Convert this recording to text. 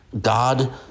god